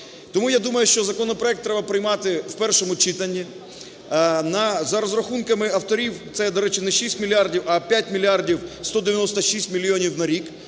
Тому, я думаю, що законопроект треба приймати в першому читанні. За розрахунками авторів, це є, до речі, не 6 мільярді, в 5 мільярдів 196 мільйонів на рік.